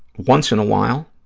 once in a while,